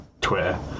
Twitter